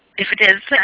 if it is,